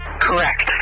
Correct